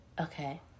Okay